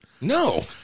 No